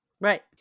Right